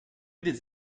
des